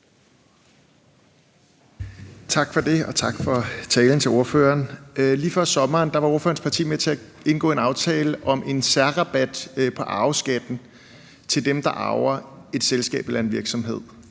Tak for det, og tak til ordføreren for talen. Lige før sommeren var ordførerens parti med til at indgå en aftale om en særrabat på arveskatten til dem, der arver et selskab eller en virksomhed.